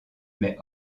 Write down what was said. mais